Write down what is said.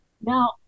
Now